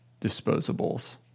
disposables